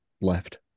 left